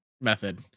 method